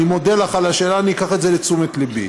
אני מודה לך על השאלה, אני אקח את זה לתשומת לבי.